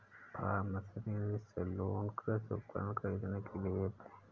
form machinery solution कृषि उपकरण खरीदने के लिए ऐप है